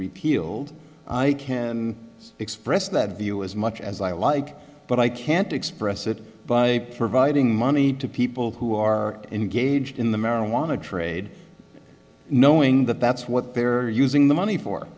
repealed i can express that view as much as i like but i can't express it by providing money to people who are engaged in the marijuana trade knowing that that's what they are using the money for